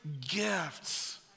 gifts